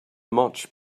much